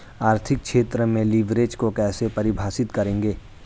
आर्थिक क्षेत्र में लिवरेज को कैसे परिभाषित करेंगे?